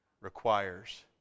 requires